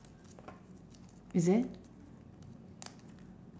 is it